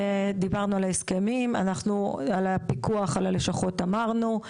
דיברנו על ההסכמים, על הפיקוח על השלכות אמרנו,